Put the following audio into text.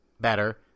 better